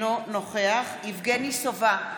נגד יבגני סובה,